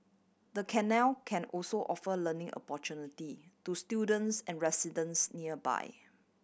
the canal can also offer learning opportunity to students and residents nearby